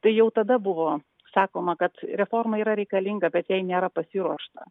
tai jau tada buvo sakoma kad reforma yra reikalinga bet jei nėra pasiruošta